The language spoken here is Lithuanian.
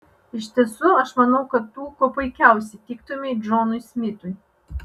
iš tiesų aš manau kad tu kuo puikiausiai tiktumei džonui smitui